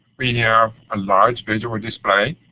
we have a large visual display.